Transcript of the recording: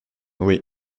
oui